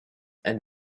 and